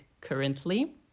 currently